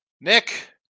Nick